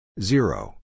Zero